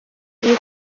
iyi